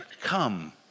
come